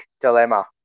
dilemma